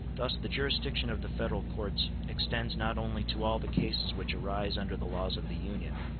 thus the jurisdiction of the federal courts extends not only to all the cases which arise under the laws of the union,